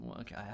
Okay